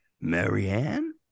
Marianne